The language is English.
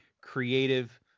creative